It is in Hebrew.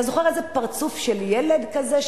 אתה זוכר איזה פרצוף של ילד כזה,